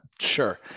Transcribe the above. Sure